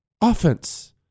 Offense